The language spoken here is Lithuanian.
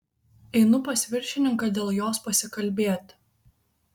einu pas viršininką dėl jos pasikalbėti